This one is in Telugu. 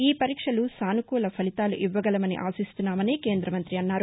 ఈ పరీక్షలు సానుకూల ఫలితాలు ఇవ్వగలమని ఆశిస్తున్నామని కేంద్ర మంతి అన్నారు